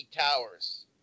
towers